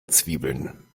zwiebeln